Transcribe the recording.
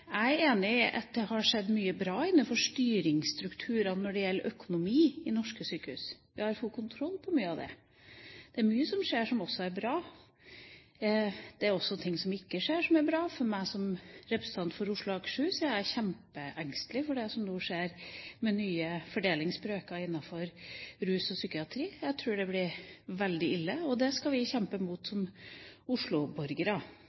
Jeg er enig i at det har skjedd mye bra i styringsstrukturene når det gjelder økonomi i norske sykehus. Vi har fått kontroll over mye av det. Det er mye som skjer som også er bra. Det er også ting som skjer som ikke er bra. Jeg som er representant for Oslo og Akershus, er kjempeengstelig for det som nå skjer med nye fordelingsbrøker innen rus og psykiatri. Jeg tror det blir veldig ille. Det skal vi kjempe mot